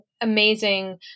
amazing